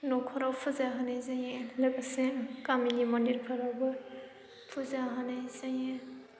न'खराव फुजा होनाय जायो लोगोसे गामिनि मन्दिरफोरावबो फुजा होनाय जायो